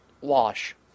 wash